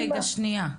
רגע,